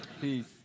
peace